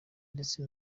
ndetse